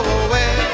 away